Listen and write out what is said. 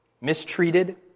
Mistreated